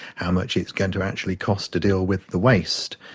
how much it's going to actually cost to deal with the waste.